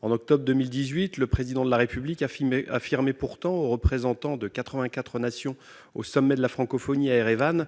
En octobre 2018, le Président de la République affirmait pourtant aux représentants de 84 nations réunis à l'occasion du sommet de la francophonie, à Erevan,